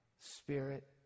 Spirit